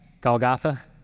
Golgotha